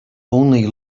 only